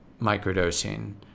microdosing